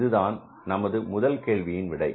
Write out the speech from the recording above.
இதுதான் நமது முதல் கேள்வியின் விடை